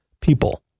people